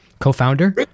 co-founder